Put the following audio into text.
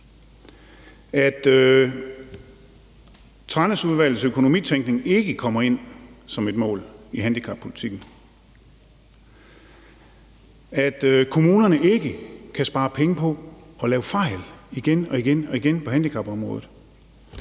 at Tranæsudvalgets økonomitænkning ikke kommer ind som et mål i handicappolitikken, samt at kommunerne ikke kan spare penge på at lave fejl igen og igen, på handicapområdet.